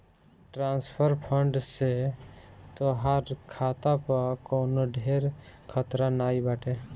transfer fund से तोहार खाता पअ कवनो ढेर खतरा नाइ बाटे